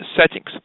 settings